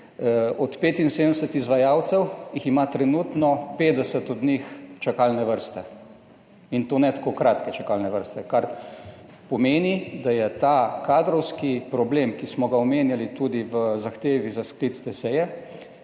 Od 75 izvajalcev jih ima trenutno 50 od njih čakalne vrste. In to ne tako kratke čakalne vrste, kar pomeni, da je ta kadrovski problem, ki smo ga omenjali tudi v zahtevi za sklic te seje,